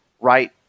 right